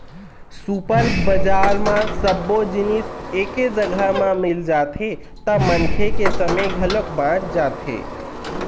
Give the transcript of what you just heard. super bazaar म सब्बो जिनिस एके जघा म मिल जाथे त मनखे के समे घलोक बाच जाथे